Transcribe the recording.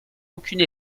aucune